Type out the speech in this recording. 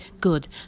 good